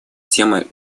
темы